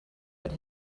but